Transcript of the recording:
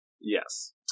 Yes